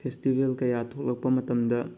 festival ꯀꯌꯥ ꯊꯣꯛꯂꯛꯄ ꯃꯇꯝꯗ